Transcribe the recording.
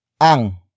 ANG